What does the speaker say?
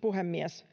puhemies